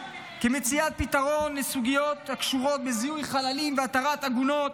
מציאת פתרון בסוגיות הקשורות בזיהוי חללים והתרת עגונות,